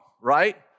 Right